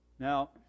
Now